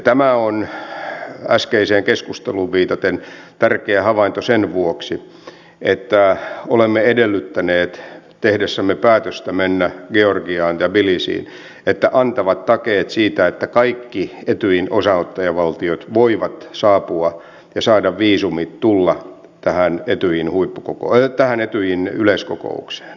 tämä on äskeiseen keskusteluun viitaten tärkeä havainto sen vuoksi että olemme edellyttäneet tehdessämme päätöstä mennä georgiaan ja tbilisiin että antavat takeet siitä että kaikki etyjin osanottajavaltiot voivat saapua ja saada viisumit tulla tähän etyjin yleiskokoukseen parlamentaariseen yleiskokoukseen